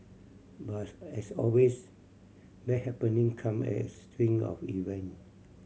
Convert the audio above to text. but as always bad happening come as string of event